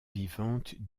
vivante